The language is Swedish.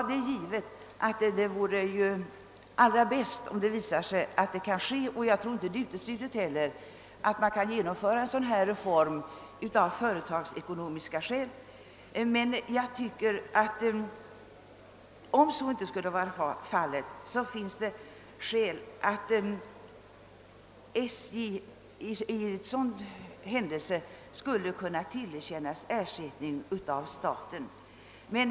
Det vore naturligtvis allra bäst om det visade sig att det kunde ske, och jag tror inte det är uteslutet att man kan genomföra en sådan reform av företagsekonomiska skäl, men jag tycker att det, även om så inte skulle vara fallet, finns anledning att i sådan händelse tillerkänna SJ ersättning från staten.